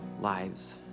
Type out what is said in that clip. lives